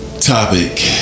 topic